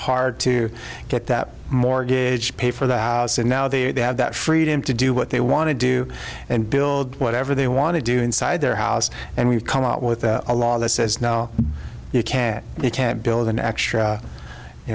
hard to get that mortgage pay for that and now they have that freedom to do what they want to do and build whatever they want to do inside their house and we've come up with a law that says no you can't you can't build an extra you